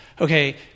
okay